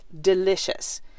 delicious